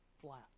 flat